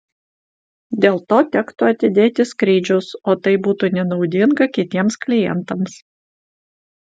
dėl to tektų atidėti skrydžius o tai būtų nenaudinga kitiems klientams